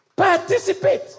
Participate